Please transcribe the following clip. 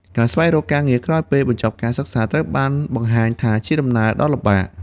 ការស្វែងរកការងារ ក្រោយពេលបញ្ចប់ការសិក្សាត្រូវបានបង្ហាញថាជាដំណើរដ៏លំបាក។